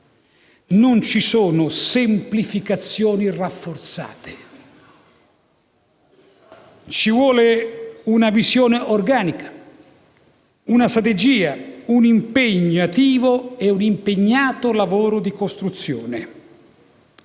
non ci sono semplificazioni rafforzate. Ci vogliono una visione organica, una strategia, un impegnativo e un impegnato lavoro di costruzione.